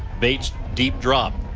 bates deep drop.